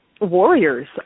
Warriors